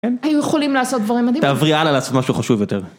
היו יכולים לעשות דברים מדהים. תעברי הלאה לעשות משהו חשוב יותר.